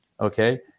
Okay